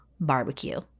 barbecue